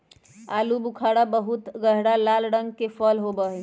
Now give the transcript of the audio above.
आलू बुखारा बहुत गहरा लाल रंग के फल होबा हई